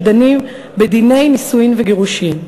שדנים בדיני נישואים וגירושים.